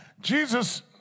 Jesus